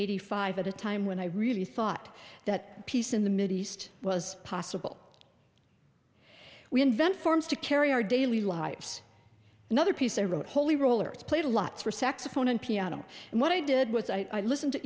hundred five at a time when i really thought that peace in the mideast was possible we invent forms to carry our daily lives another piece i wrote holy rollers played a lot for saxophone and piano and what i did was i listen to